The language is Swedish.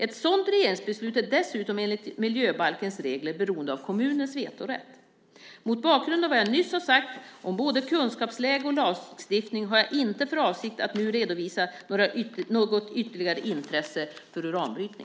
Ett sådant regeringsbeslut är dessutom enligt miljöbalkens regler beroende av kommunens vetorätt. Mot bakgrund av vad jag nyss sagt om både kunskapsläge och lagstiftning har jag inte för avsikt att nu redovisa något ytterligare intresse för uranbrytning.